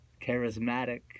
charismatic